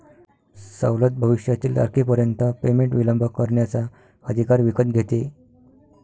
सवलत भविष्यातील तारखेपर्यंत पेमेंट विलंब करण्याचा अधिकार विकत घेते